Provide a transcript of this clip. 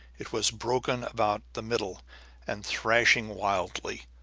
it was broken about the middle and thrashing wildly.